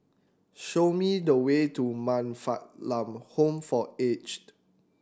show me the way to Man Fatt Lam Home for Aged